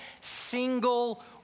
single